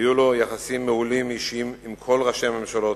והיו לו יחסים מעולים אישיים עם כל ראשי הממשלות.